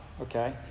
Okay